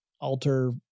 alter